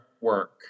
work